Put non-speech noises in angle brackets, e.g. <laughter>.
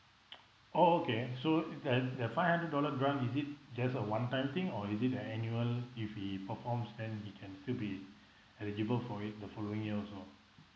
<noise> oh okay so the the five hundred dollar grant is it just a one time thing or is it a annual if he performs then he can still be eligible for it the following year also